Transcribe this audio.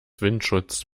windschutz